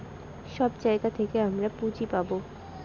সব জায়গা থেকে আমরা পুঁজি পাবো